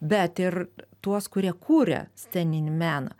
bet ir tuos kurie kuria sceninį meną